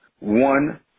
one